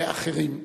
לאחרים.